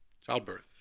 Childbirth